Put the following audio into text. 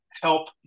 help